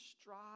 strive